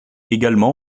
également